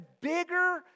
bigger